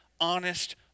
honest